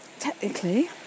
Technically